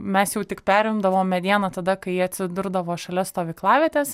mes jau tik perimdavom medieną tada kai ji atsidurdavo šalia stovyklavietės